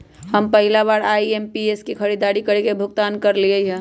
हम पहिला बार आई.एम.पी.एस से खरीदारी करके भुगतान करलिअई ह